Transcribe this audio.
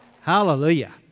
Hallelujah